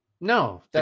No